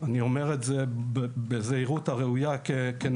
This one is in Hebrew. אני אומר את זה בזהירות הראויה כנציבות,